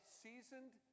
seasoned